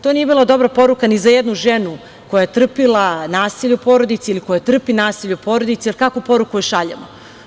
To nije bila dobra poruka ni za jednu ženu koja je trpela nasilje u porodici ili koja trpi nasilje u porodici, jer kakvu poruku joj šaljemo?